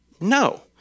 No